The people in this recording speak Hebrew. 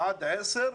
עד 10,